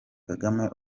kagame